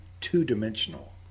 two-dimensional